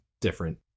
different